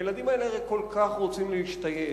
הילדים האלה הרי כל כך רוצים להשתייך,